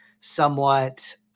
somewhat